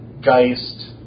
Geist